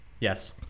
Yes